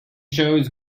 shows